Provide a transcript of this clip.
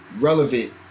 relevant